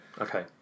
Okay